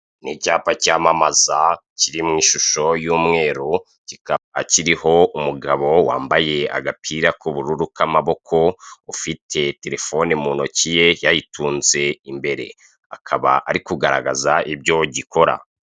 Ni icyapa cyamamaza, Kiri mwishusho y'umweru kikaba kiriho umugabo wambaye agapira k'ubururu k'amaboko, ufite Telefone muntoki ye yayitunze imbere, akaba ari kigaragaza ibyo gikora.